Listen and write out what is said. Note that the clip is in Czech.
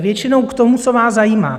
Většinou k tomu, co vás zajímá.